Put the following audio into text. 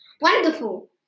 Wonderful